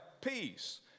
peace